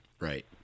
Right